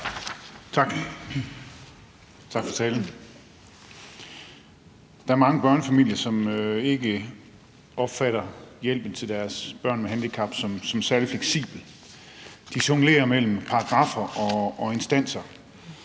Tak, og tak for talen. Der er mange børnefamilier, som ikke opfatter hjælpen til deres børn med handicap som særlig fleksibel. De jonglerer mellem paragraffer og instanser,